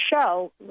show